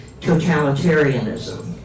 totalitarianism